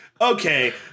Okay